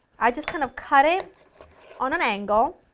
i just kind of cut it on an angle